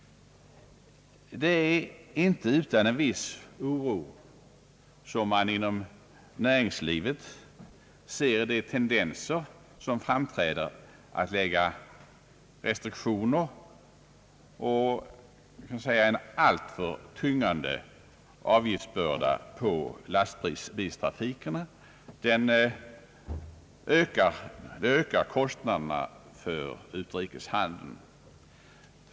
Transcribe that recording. Det är inte utan en viss oro man inom näringslivet ser vissa tendenser till att lägga restriktioner och en alltför tyngande avgiftsbörda på lastbilstrafiken. Detta ökar kostnaderna för utrikeshandeln.